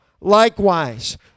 likewise